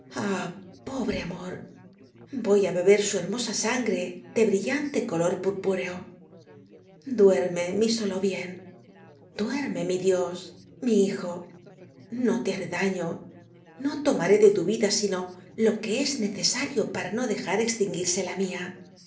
pobre am or voy á beber su hermosa sangre de brillante color purpúreo duerme mi solo bien duerme ymi dios mi hijo no te haré daño uo tomaré de tu vida sino lo que es necesario para do dejar extinguirse la mía